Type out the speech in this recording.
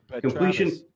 Completion